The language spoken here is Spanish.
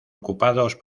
ocupados